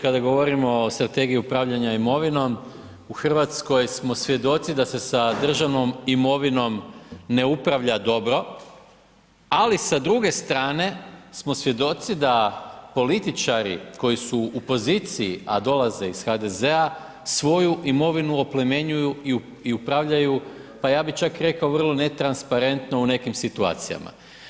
Kada govorimo o Strategiji upravljanja imovinom u Hrvatskoj smo svjedoci da se sa državnom imovinom ne upravlja dobro ali sa druge strane smo svjedoci da političari koji su u poziciji a dolaze iz HDZ-a svoju imovinu oplemenjuju i upravljaju pa ja bih čak rekao vrlo netransparentno u nekim situacijama.